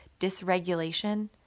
dysregulation